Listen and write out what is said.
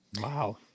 wow